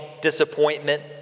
disappointment